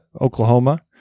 oklahoma